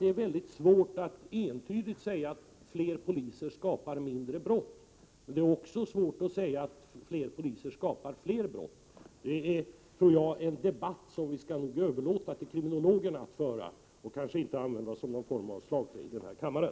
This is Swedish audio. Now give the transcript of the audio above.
Det är nog mycket svårt att bestämt säga att fler polismän leder till att färre brott begås. Det är också svårt att säga att fler poliser bidrar till att fler brott begås. Detta är en debatt som vi nog skall överlåta åt kriminologerna att föra istället för att använda dessa resonemang som någon form av slagträ i den här kammaren.